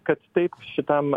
kad taip šitam